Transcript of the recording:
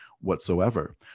whatsoever